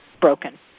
broken